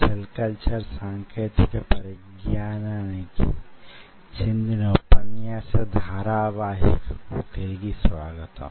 cell culture technology కి సంబంధించిన ఉపన్యాస ధారావాహిక కి తిరిగి స్వాగతం